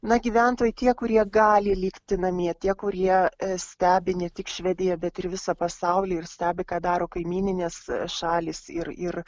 na gyventojai tie kurie gali likti namie tie kurie stebi ne tik švediją bet ir visą pasaulį ir stebi ką daro kaimyninės šalys ir ir